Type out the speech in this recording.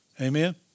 Amen